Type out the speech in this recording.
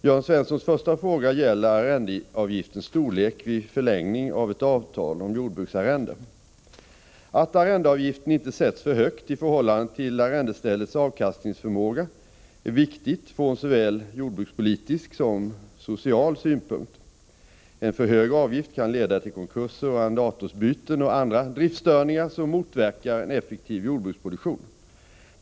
Jörn Svenssons första fråga gäller arrendeavgiftens storlek vid förlängning av ett avtal om jordbruksarrende. Att arrendeavgiften inte sätts för högt i förhållande till arrendeställets avkastningsförmåga är viktigt från såväl jordbrukspolitisk som social synpunkt. En för hög avgift kan leda till konkurser och arrendatorsbyten och andra driftsstörningar som motverkar en effektiv jordbruksproduktion.